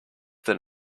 than